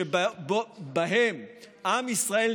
לממשלה,